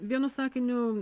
vienu sakiniu